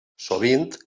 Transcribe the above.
sovint